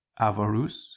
avarus